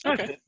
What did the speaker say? Okay